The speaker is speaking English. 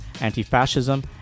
anti-fascism